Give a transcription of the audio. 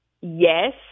yes